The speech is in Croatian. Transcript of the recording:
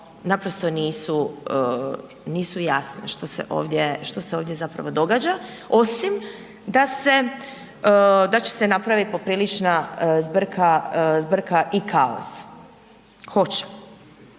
naprosto nisu jasne što se ovdje zapravo događa osim da će se napraviti poprilična zbrka i kaos. Hoće,